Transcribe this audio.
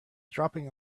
dropping